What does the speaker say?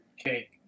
Okay